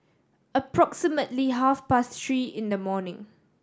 approximately half past three in the morning